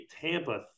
Tampa